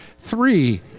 three